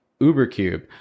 UberCube